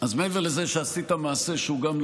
אבל הוא משקר.